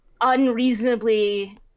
unreasonably